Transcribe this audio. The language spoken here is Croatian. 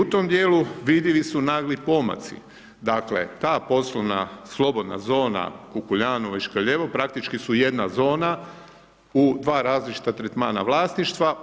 I u tom dijelu vidljivi su nagli pomaci, dakle, ta poslovna slobodna zona Kukuljanovo i Škrljevo praktički su jedna zona, u dva različita tretmana vlasništva.